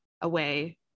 away